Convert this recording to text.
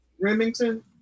Remington